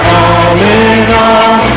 all-in-all